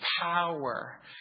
power